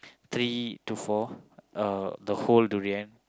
three to four uh the whole durian